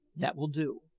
that will do.